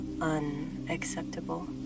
unacceptable